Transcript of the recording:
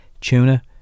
tuna